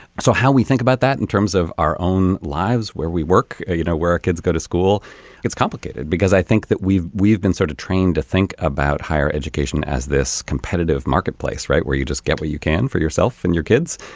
so how we think about that in terms of our own lives where we work you know where our kids go to school gets complicated because i think that we've we've been sort of trained to think about higher education as this competitive marketplace right where you just get where you can for yourself and your kids.